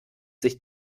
sich